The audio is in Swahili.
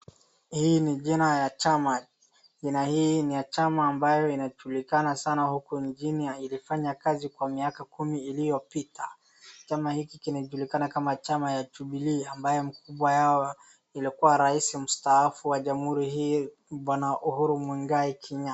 Hii ni jina ya chama. Jina hii ni ya chama ambaye inajulikana sana huku nchini na ilifanya kazi kwa miaka kumi iliyopita. Chama hiki kinajulikana kama chama ya Jubilee ambaye mkubwa yao ilikua rais mstaafu wa jamhuri hii bwana Uhuru Muigai Kenyatta.